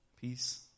peace